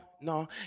no